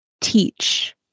teach